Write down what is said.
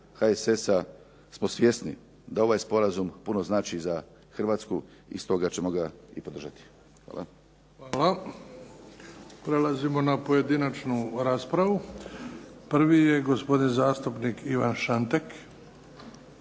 HSS-a smo svjesni da ovaj sporazum puno znači za Hrvatsku i stoga ćemo ga i podržati. Hvala. **Bebić, Luka (HDZ)** Hvala. Prelazimo na pojedinačnu raspravu. Prvi je gospodin zastupnik Ivan Šantek.